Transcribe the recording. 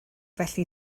felly